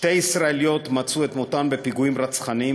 שתי ישראליות מצאו את מותן בפיגועים רצחניים